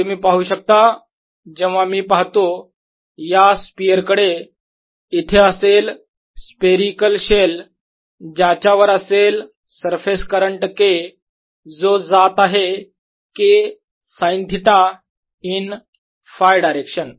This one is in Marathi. तर तुम्ही पाहू शकता जेव्हा मी पाहतो या स्पियर कडे इथे असेल स्पेरीकल शेल ज्याच्यावर असेल सरफेस करंट K जो जात आहे K sine theta in Φ direction